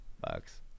Bucks